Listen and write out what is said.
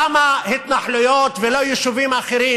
למה התנחלויות ולא יישובים אחרים?